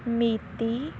ਮਿਤੀ